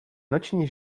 noční